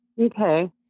Okay